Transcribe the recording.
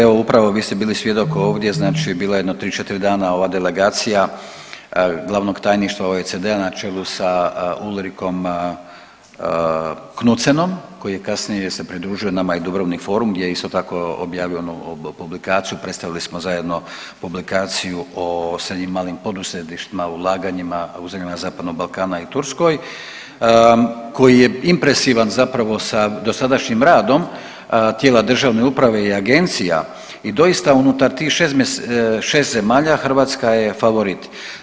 Evo upravo vi ste bili svjedok ovdje, znači bila je jedno 3, 4 dana ova delegacija Glavnog tajništva OECD-a na čelu sa Ulrikom Knudsenom koji je kasnije se pridružio, nama je Dubrovnik forum gdje isto tako objavio publikaciju, predstavili smo zajedno publikaciju o srednjim i malim poduzetništvima, ulaganjima u zemljama Zapadnog Balkana i Turskoj koji je impresivan zapravo sa dosadašnjim radom tijela državne uprave i agencija i doista unutar tih 6 zemalja, Hrvatska je favorit.